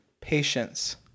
Patience